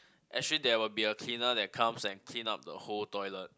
actually there will be a cleaner that comes and clean up the whole toilet